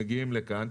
מגיעים לכאן,